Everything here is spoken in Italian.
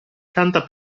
canta